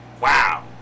wow